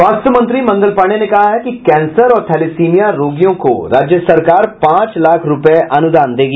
स्वास्थ्य मंत्री मंगल पाण्डेय ने कहा है कि कैंसर और थैलेसीमिया रोगियों को राज्य सरकार पांच लाख रूपये अनुदान देगी